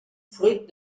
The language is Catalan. fruit